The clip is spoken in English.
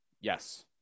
Yes